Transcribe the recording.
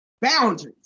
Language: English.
Boundaries